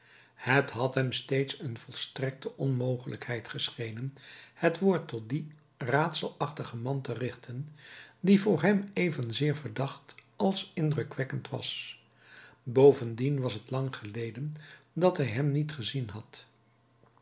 het had hem steeds een volstrekte onmogelijkheid geschenen het woord tot dien raadselachtigen man te richten die voor hem evenzeer verdacht als indrukwekkend was bovendien was het lang geleden dat hij hem niet gezien had